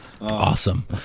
Awesome